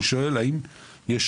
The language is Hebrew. אני שואל האם יש